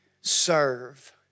serve